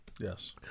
Yes